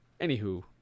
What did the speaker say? Anywho